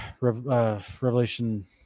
Revelation